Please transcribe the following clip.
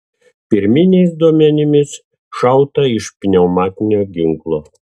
pirminiais duomenimis šauta iš pneumatinio ginklo